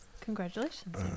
Congratulations